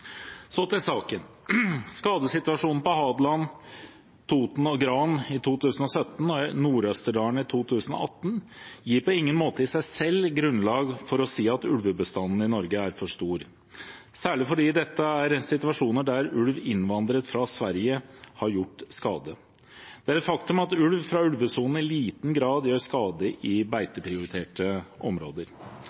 Så til saken: Skadesituasjonene på Hadeland, Toten og Gran i 2017 og i Nord-Østerdal i 2018 gir på ingen måte i seg selv grunnlag for å si at ulvebestanden i Norge er for stor, særlig fordi dette er situasjoner der ulv innvandret fra Sverige har gjort skade. Det er et faktum at ulv fra ulvesonen i liten grad gjør skade i beiteprioriterte områder.